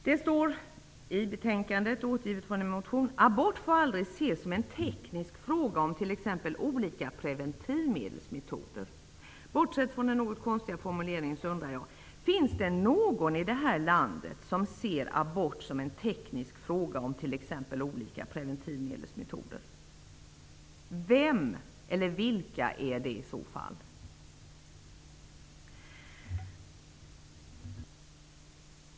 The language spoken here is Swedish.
Det står i betänkandet, återgivet från en motion: ''Abort får aldrig ses som en teknisk fråga om t.ex. olika preventivmedelsmetoder.'' Bortsett från den något konstiga formuleringen, undrar jag: Finns det någon i det här landet som ser abort som en teknisk fråga om t.ex. olika preventivmedelsmetoder? Vem eller vilka är det i så fall?